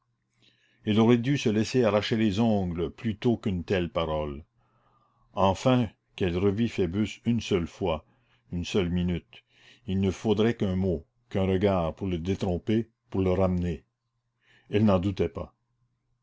elle aurait dû se laisser arracher les ongles plutôt qu'une telle parole enfin qu'elle revît phoebus une seule fois une seule minute il ne faudrait qu'un mot qu'un regard pour le détromper pour le ramener elle n'en doutait pas